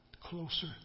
Closer